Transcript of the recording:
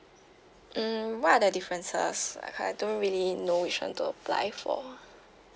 hmm what are the differences I I don't really know which [one] to apply for